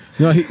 No